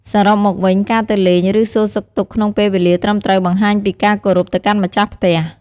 សរុបមកវិញ ការទៅលេង ឬ សួរសុខទុក្ខក្នុងពេលវេលាត្រឹមត្រូវបង្ហាញពីការគោរពទៅកាន់ម្ចាស់ផ្ទះ។